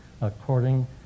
according